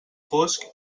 fosc